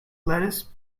lettuce